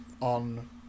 on